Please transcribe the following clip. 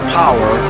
power